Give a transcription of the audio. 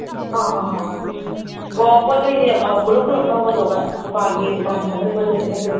ꯍꯥ ꯍꯥ ꯍꯥ ꯍꯣꯏ ꯑꯣ ꯄꯣꯠꯆꯩꯁꯦ ꯑꯧ ꯄꯨꯂꯞ ꯄꯨꯂꯞ ꯂꯧꯒꯗꯧꯕ ꯗꯨꯀꯥꯟꯒꯤ ꯗꯨꯀꯥꯟ ꯐꯝꯕꯒꯤ ꯄꯣꯠꯆꯩ ꯄꯨꯂꯞ ꯄꯨꯂꯞ